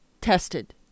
tested